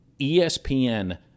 ESPN